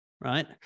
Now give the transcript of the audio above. right